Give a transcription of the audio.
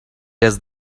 does